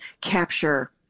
capture